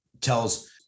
tells